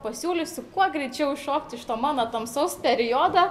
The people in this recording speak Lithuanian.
pasiūlysiu kuo greičiau iššokt iš to mano tamsaus periodo